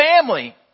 family